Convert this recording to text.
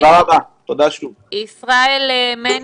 ישראלה מני,